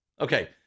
Okay